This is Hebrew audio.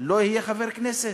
לא יהיה חבר כנסת.